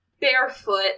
barefoot